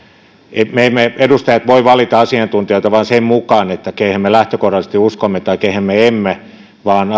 emme me emme me edustajat voi valita asiantuntijoita vain sen mukaan kehen me lähtökohtaisesti uskomme tai kehen emme vaan